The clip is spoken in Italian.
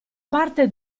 parte